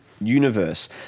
universe